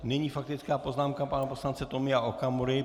Nyní faktická poznámka pana poslance Tomio Okamury.